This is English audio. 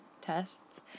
tests